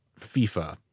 FIFA